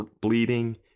bleeding